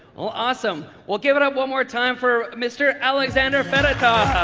well awesome. well give it up one more time for mr. alexandr fedotov.